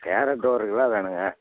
carrot ஒரு kilo வேணுங்க